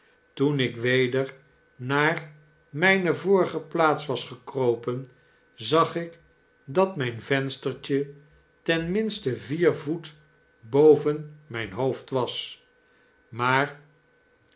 toen ik weder naar mijne vorige plaats was gekropen zag ik dat mijn venstertje ten minste vier voet boven mjjn hoofd was maar